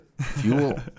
fuel